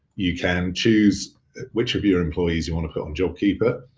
you can choose which of your employees you wanna put on jobkeeper.